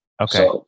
Okay